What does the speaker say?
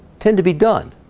tend to be done